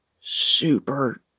Super